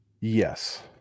Yes